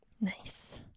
nice